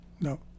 No